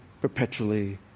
perpetually